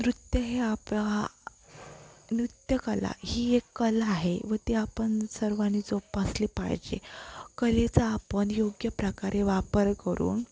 नृत्य हे आप नृत्यकला ही एक कला आहे व ते आपण सर्वांनी जोपासली पाहिजे कलेचा आपण योग्य प्रकारे वापर करून